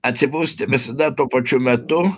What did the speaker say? atsibusti visada tuo pačiu metu